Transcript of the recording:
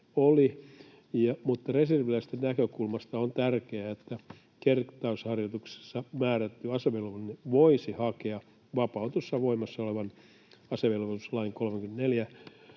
reserviläisten näkökulmasta on tärkeää, että kertausharjoitukseen määrätty asevelvollinen voisi hakea vapautusta voimassa olevan asevelvollisuuslain 34